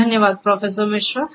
धन्यवाद प्रोफेसर मिश्रा